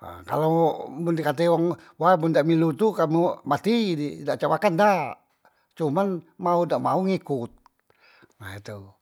nah kalu man di kate wong wa dak milu tu kamu mati di dak cak makan dak, cuma. mau ga mau ngikut, nah tu.